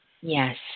Yes